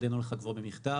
הודינו לך כבר במכתב,